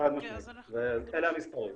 אלה המספרים.